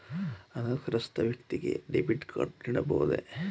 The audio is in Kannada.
ಅನಕ್ಷರಸ್ಥ ವ್ಯಕ್ತಿಗೆ ಡೆಬಿಟ್ ಕಾರ್ಡ್ ನೀಡಬಹುದೇ?